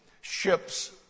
ships